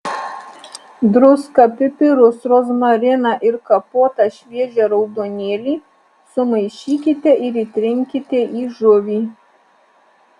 druską pipirus rozmariną ir kapotą šviežią raudonėlį sumaišykite ir įtrinkite į žuvį